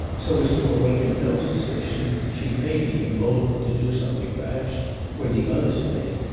so as to awaken no suspicion, she may be emboldened to do something rash or the others may.